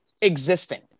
existing